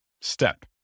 step